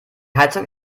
heizung